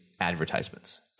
advertisements